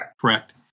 correct